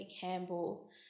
Campbell